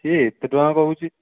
ସିଏ ଏତେ ଟଙ୍କା କହୁଛି